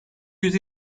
yüz